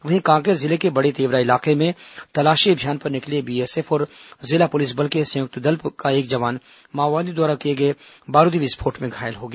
वहीं कांकेर जिले के बड़तेवरा इलाके में तलाशी अभियान पर निकले बीएसएफ और जिला पुलिस बल के संयुक्त दल का एक जवान माओवादियों द्वारा किए गए बारूदी विस्फोट में घायल हो गया